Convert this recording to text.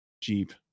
Jeep